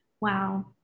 wow